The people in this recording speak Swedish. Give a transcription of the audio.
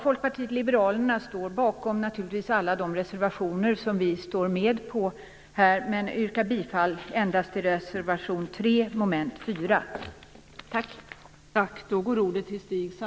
Folkpartiet liberalerna står naturligtvis bakom alla de reservationer som vi har undertecknat, men jag yrkar endast bifall till reservation 3 mom. 4.